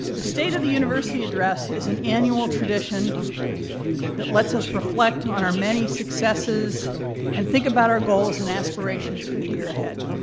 the state of the university address is an annual tradition that lets us reflect on our many successes and think about our goals and aspirations for the year ahead.